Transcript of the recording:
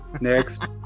next